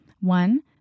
One